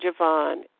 Javon